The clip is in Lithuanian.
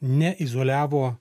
ne izoliavo